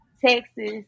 Texas